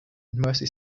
mercy